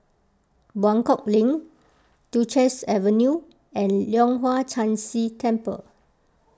Buangkok Link Duchess Avenue and Leong Hwa Chan Si Temple